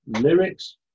lyrics